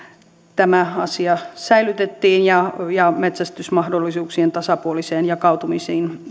tämä asia säilytettiin ja ja metsästysmahdollisuuksien tasapuoliseen jakautumiseen